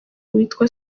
witwa